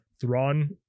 Thrawn